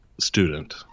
student